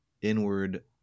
Inward